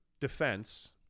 defense